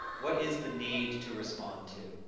what is the need to respond to,